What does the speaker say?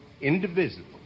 indivisible